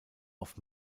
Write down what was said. auf